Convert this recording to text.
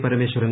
Parameswaran